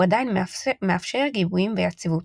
הוא עדיין מאפשר גיבויים ויציבות.